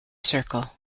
circle